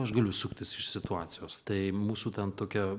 aš galiu suktis iš situacijos tai mūsų ten tokia